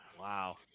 Wow